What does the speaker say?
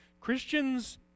Christians